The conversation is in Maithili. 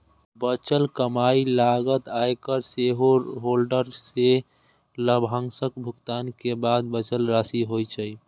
बचल कमाइ लागत, आयकर, शेयरहोल्डर कें लाभांशक भुगतान के बाद बचल राशि होइ छै